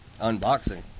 Unboxing